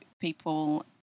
people